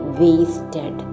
wasted